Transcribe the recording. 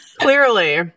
Clearly